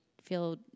feel